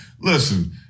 Listen